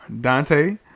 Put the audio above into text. Dante